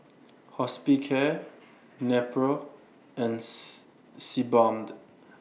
Hospicare Nepro and Sebamed